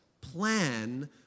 plan